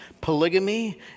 polygamy